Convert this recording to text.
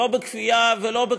לא בכפייה ולא,